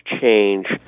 change